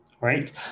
right